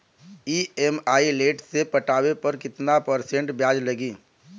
EMI late से पटावे पर कितना परसेंट ब्याज लगी?